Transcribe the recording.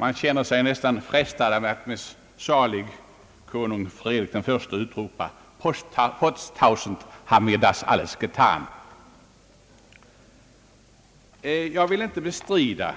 Man känner sig nästan frestad att med salig konung Fredrik I utropa: »Potz Tausend, haben wir das alles getan?» Jag vill inte bestrida